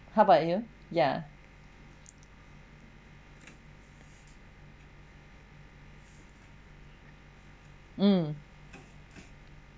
how about you ya mm